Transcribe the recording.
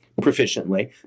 proficiently